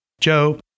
Joe